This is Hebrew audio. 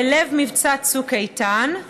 בלב מבצע צוק איתן,